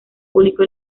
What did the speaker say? público